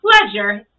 pleasure